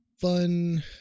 fun